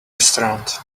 restaurant